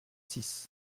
six